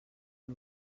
los